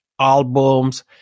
albums